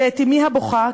ואני זוכרת את אמי הבוכה,